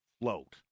float